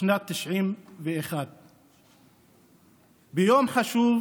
בשנת 1991. ביום חשוב